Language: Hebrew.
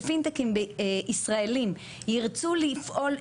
שפינטקים ישראלים ירצו לפעול,